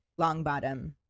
Longbottom